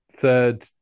third